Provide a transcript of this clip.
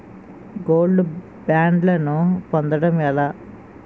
Gold బ్యాండ్లను పొందటం ఎలా?